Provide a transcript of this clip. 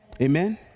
Amen